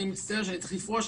אני מצטער שאני צריך לפרוש,